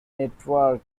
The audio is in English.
network